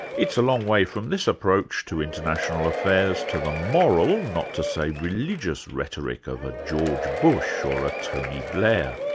it's a long way from this approach to international affairs to the moral, not to say religious, rhetoric of a george bush or a tony blair.